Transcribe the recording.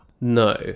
No